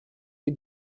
you